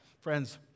friends